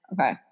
Okay